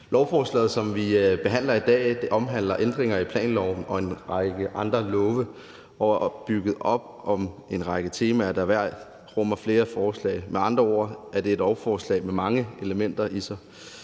Lovforslaget, som vi behandler i dag, omhandler ændringer i planloven og en række andre love og er bygget op om en række temaer, der hver rummer flere forslag. Med andre ord er det et lovforslag med mange elementer i sig.